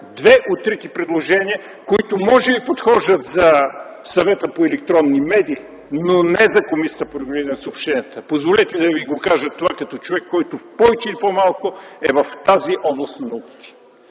две от трите предложения, които може би подхождат за Съвета по електронни медии, но не и за Комисията за регулиране на съобщенията. Позволете да ви кажа това като човек, който повече или по-малко е в тази област на науките.